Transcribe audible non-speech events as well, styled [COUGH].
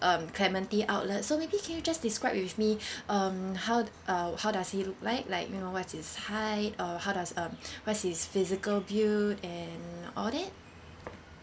um clementi outlet so maybe can you just describe with me [BREATH] um how uh how does he look like like you know what's his height uh how does um what's his physical build and all that